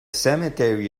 cemetery